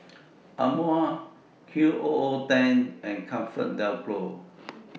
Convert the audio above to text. Amore Qoo ten and ComfortDelGro